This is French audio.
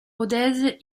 rodez